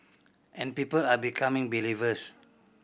and people are becoming believers